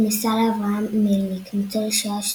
היא נישאה לאברהם מלניק, ניצול שואה סובייטי,